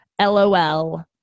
LOL